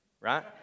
Right